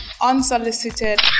unsolicited